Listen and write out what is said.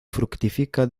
fructifica